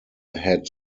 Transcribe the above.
had